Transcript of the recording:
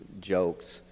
jokes